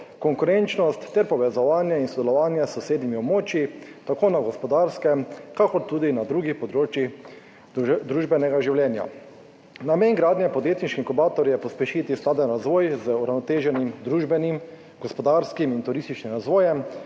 konkurenčnost ter povezovanje in sodelovanje s sosednjimi območji tako na gospodarskem kakor tudi na drugih področjih družbenega življenja. Namen gradnje podjetniških inkubatorjev je pospešiti skladen razvoj z uravnoteženim družbenim, gospodarskim in turističnim razvojem,